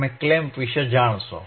તમે ક્લેમ્પ વિશે જાણશો